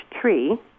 tree